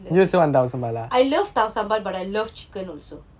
லே:le I love tau sambal but I love chicken also